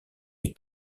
les